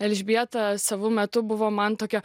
elžbieta savu metu buvo man tokia